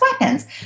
weapons